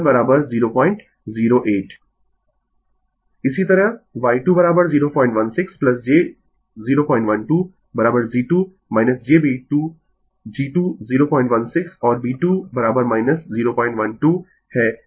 Refer Slide Time 2708 इसी तरह Y2 016 j 012 g2 jb2 g2 016 और b 2 012 है